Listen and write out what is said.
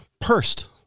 pursed